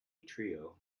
trio